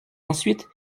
ensuite